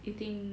eating